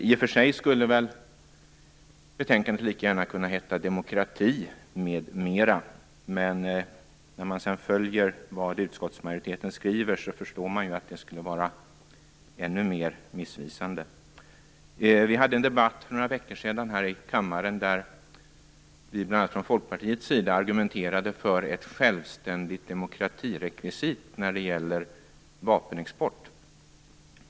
I och för sig skulle betänkandet lika gärna kunna heta Demokrati m.m. Men när man sedan följer upp vad utskottsmajoriteten skriver förstår man ju att den titeln skulle vara ännu mera missvisande. Vi hade en debatt för några veckor sedan där vi bl.a. från Folkpartiets sida argumenterade för ett självständigt demokratirekvisit när det gäller vapenexport.